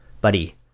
buddy